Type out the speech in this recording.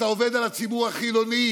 אתה עובד על הציבור החילוני.